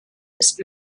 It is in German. ist